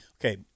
Okay